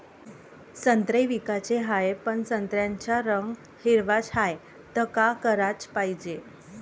संत्रे विकाचे हाये, पन संत्र्याचा रंग हिरवाच हाये, त का कराच पायजे?